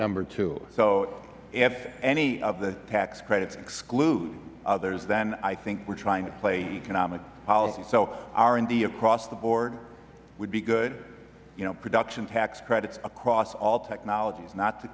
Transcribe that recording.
unger so if any of the tax credits exclude others then i think we're trying to play economic policy so r and d across the board would be good you know production tax credits across all technologies not to